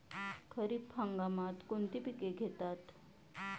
खरीप हंगामात कोणती पिके घेतात?